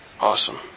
Awesome